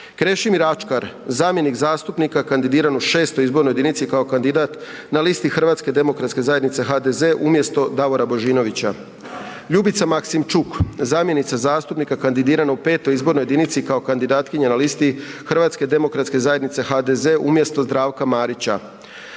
Krešimir Ačkar, zamjenik zastupnika kandidiranog u 6. izbornoj jedinici kao kandidat na listi Hrvatske demokratske zajednice, HDZ umjesto Davora Božinovića; Ljubica Maksimčuk, zamjenica zastupnika kandidirana u 5. izbornoj jedinici kao kandidatkinja na listi Hrvatske demokratske zajednice, HDZ umjesto Zdravka Marića,